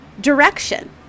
direction